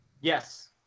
Yes